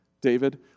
David